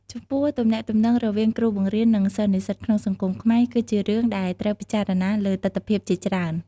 ចំពោះទំនាក់ទំនងរវាងគ្រូបង្រៀន និងសិស្សនិស្សិតក្នុងសង្គមខ្មែរ គឺជារឿងដែលត្រូវពិចារណាលើទិដ្ឋភាពជាច្រើន។